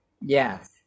Yes